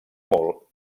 molt